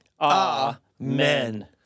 Amen